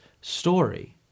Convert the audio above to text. story